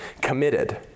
committed